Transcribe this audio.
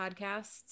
Podcasts